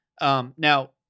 Now